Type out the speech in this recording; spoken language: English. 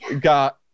got